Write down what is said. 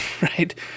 right